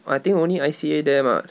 I think only I_C_A there [what]